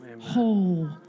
whole